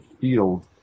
field